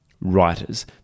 writers